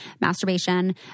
masturbation